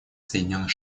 соединенных